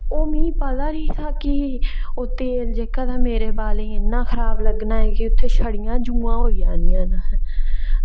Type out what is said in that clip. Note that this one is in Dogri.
ओह् मी पता निं हा कि ओह् तेल जेह्का ते मेरे बालें इन्ना खराब लग्गना ऐ कि उत्थै शड़ियां जुआं होई जानियां न